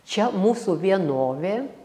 čia mūsų vienovė